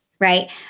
right